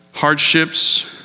hardships